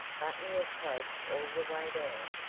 button your cloak all the way down,